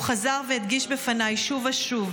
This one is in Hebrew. הוא חזר והדגיש בפניי שוב ושוב,